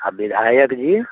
आ विधायक जी